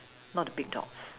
not the big dogs